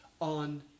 on